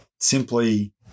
simply